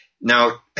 Now